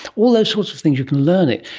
all those sorts of things, you can learn it.